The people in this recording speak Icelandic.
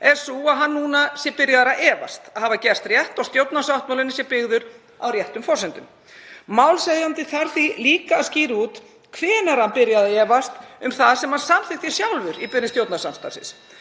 er sú að hann sé byrjaður að efast um að hafa gert rétt og efast um að stjórnarsáttmálinn sé byggður á réttum forsendum. Málshefjandi þarf því líka að skýra út hvenær hann fór að efast um það sem hann samþykkti sjálfur í byrjun stjórnarsamstarfsins.